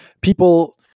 people